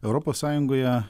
europos sąjungoje